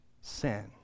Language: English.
sin